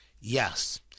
Yes